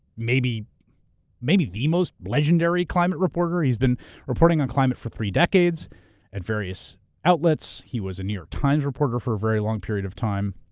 maybe maybe the most legendary climate reporter. he's been reporting on climate for three decades at various outlets he was a new york times reporter for a very long period of time.